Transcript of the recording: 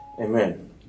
Amen